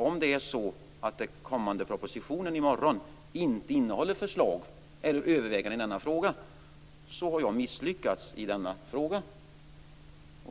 Om det är så att den kommande propositionen i morgon inte innehåller förslag eller överväganden i detta, har jag misslyckats i denna fråga.